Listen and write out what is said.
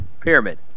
pyramid